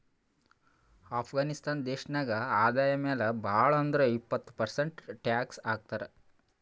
ಅಫ್ಘಾನಿಸ್ತಾನ್ ದೇಶ ನಾಗ್ ಆದಾಯ ಮ್ಯಾಲ ಭಾಳ್ ಅಂದುರ್ ಇಪ್ಪತ್ ಪರ್ಸೆಂಟ್ ಟ್ಯಾಕ್ಸ್ ಹಾಕ್ತರ್